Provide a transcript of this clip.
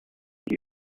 here